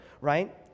Right